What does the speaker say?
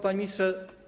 Panie Ministrze!